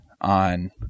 on